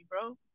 bro